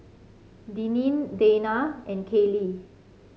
Deneen Dayna and Kayley